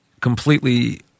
completely